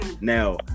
Now